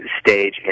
stage